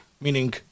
meaning